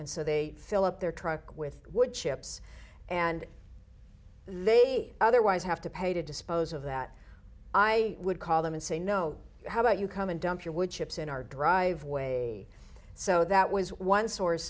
and so they fill up their truck with wood chips and they otherwise have to pay to dispose of that i would call them and say no how about you come and dump your wood chips in our driveway so that was one source